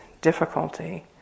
difficulty